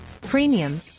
premium